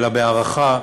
אלא בהערכה,